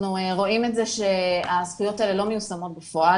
אנחנו רואים שהזכויות האלה לא מיושמות בפועל,